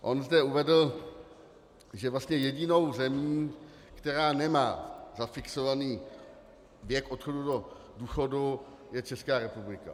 On zde uvedl, že vlastně jedinou zemí, která nemá zafixovaný věk odchodu do důchodu, je Česká republika.